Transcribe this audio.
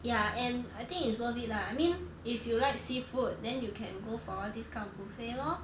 yeah and I think it's worth it lah I mean if you like seafood then you can go for all these kind of buffet lor